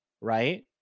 right